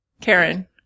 Karen